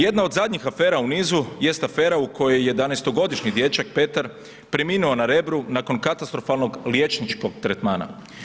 Jedna od zadnjih afera u nizu jest afera u kojoj 11-godišnji dječak Petar preminuo na Rebru nakon katastrofalnog liječničkog tretmana.